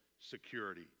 security